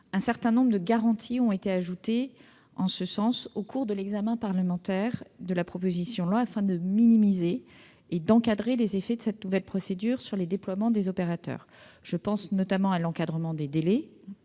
Un certain nombre de garanties ont été ajoutées en ce sens au cours de l'examen parlementaire du présent texte, afin de minimiser et d'encadrer les effets de cette nouvelle procédure sur les déploiements des opérateurs. Je pense notamment à la fixation de délais